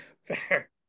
Fair